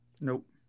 Nope